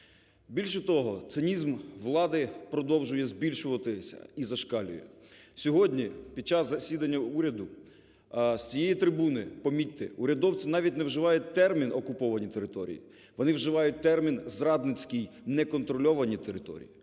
Більше того, цинізм влади продовжує збільшуватися і зашкалює. Сьогодні під час засідання уряду з цієї трибуни, помітьте, урядовці навіть не вживають термін "окуповані території", вони вживають термін зрадницький – "неконтрольовані території".